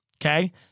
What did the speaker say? okay